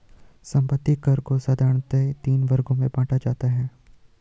संपत्ति कर को साधारणतया तीन वर्गों में बांटा जाता है